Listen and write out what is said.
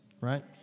right